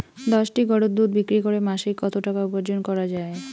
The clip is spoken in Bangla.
দশটি গরুর দুধ বিক্রি করে মাসিক কত টাকা উপার্জন করা য়ায়?